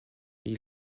mais